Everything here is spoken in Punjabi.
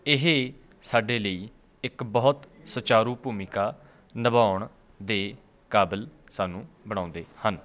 ਇਹ ਸਾਡੇ ਲਈ ਇੱਕ ਬਹੁਤ ਸੁਚਾਰੂ ਭੂਮਿਕਾ ਨਿਭਾਉਣ ਦੇ ਕਾਬਲ ਸਾਨੂੰ ਬਣਾਉਂਦੇ ਹਨ